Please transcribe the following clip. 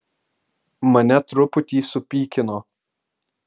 mane truputį supykino